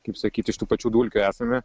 kaip sakyt iš tų pačių dulkių esame